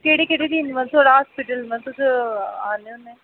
केह्ड़े केह्ड़े दिन तुस होस्पिटल मतलब तुस आन्ने होन्ने